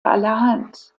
allerhand